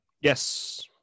Yes